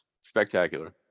Spectacular